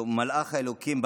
מלאך אלוקים,